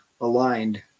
aligned